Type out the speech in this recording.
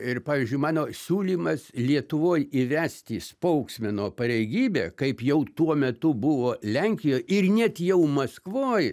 ir pavyzdžiui mano siūlymas lietuvoj įvesti spauksmeno pareigybę kaip jau tuo metu buvo lenkijoj ir net jau maskvoj